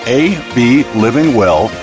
ablivingwell